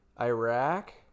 Iraq